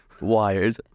Wired